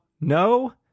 No